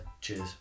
cheers